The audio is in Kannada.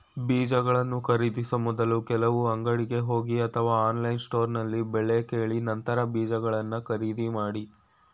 ಬೀಜಗಳನ್ನು ಖರೀದಿಸೋ ಮೊದ್ಲು ಕೆಲವು ಅಂಗಡಿಗೆ ಹೋಗಿ ಅಥವಾ ಆನ್ಲೈನ್ ಸ್ಟೋರ್ನಲ್ಲಿ ಬೆಲೆ ಕೇಳಿ ನಂತರ ಬೀಜಗಳನ್ನ ಖರೀದಿ ಮಾಡಿ